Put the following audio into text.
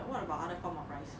but what about other form of rice